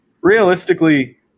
realistically